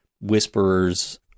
Whisperer's